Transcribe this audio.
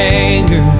anger